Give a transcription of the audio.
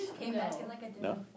No